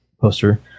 poster